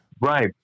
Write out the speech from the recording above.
right